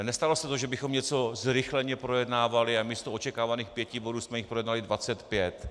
Nestalo se to, že bychom něco zrychleně projednávali a místo očekávaných pěti bodů jsme jich projednali 25.